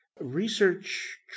Research